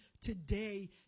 today